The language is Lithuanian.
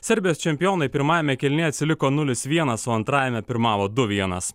serbijos čempionai pirmajame kėlinyje atsiliko nulis vienas o antrajame pirmavo du vienas